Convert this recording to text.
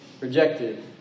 Rejected